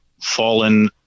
fallen